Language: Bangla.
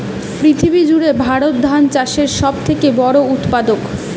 পৃথিবী জুড়ে ভারত ধান চাষের সব থেকে বড় উৎপাদক